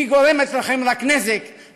היא גורמת לכם רק נזק,